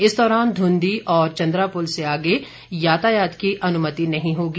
इस दौरान धूंघी और चंद्रापुल से आगे यातायात की अनुमति नहीं होगी